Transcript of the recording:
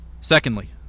Secondly